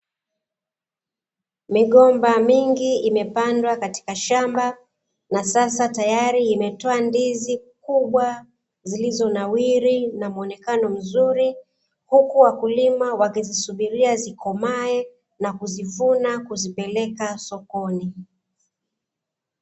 Migomba mingi imepandwa katika shamba, na sasa tayari imetoa ndizi kubwa zilizonawiri na muonekano mzuri, huku wakulima wakizisubiria zikomae na kuzivuna kuzipeleka sokoni.